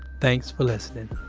thanks for listening